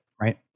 right